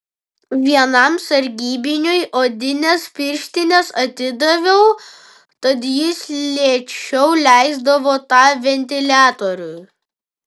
vienam sargybiniui odines pirštines atidaviau tad jis lėčiau leisdavo tą ventiliatorių